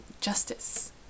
justice